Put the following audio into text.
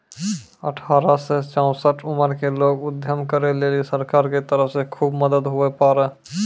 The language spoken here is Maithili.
अठारह से चौसठ उमर के लोग उद्यम करै लेली सरकार के तरफ से खुब मदद हुवै पारै